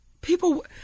People